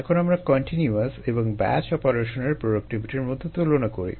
এখন আমরা কন্টিনিউয়াস এবং ব্যাচ অপারেশনের প্রোডাক্টিভিটির মধ্যে তুলনা করি